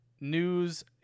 news